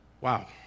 Wow